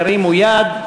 ירימו יד,